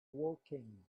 woking